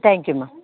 தேங்க்யூம்மா